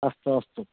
अस्तु अस्तु